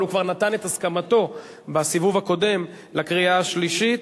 אבל הוא כבר נתן את הסכמתו בסיבוב הקודם לקריאה שלישית.